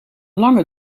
lange